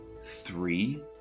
three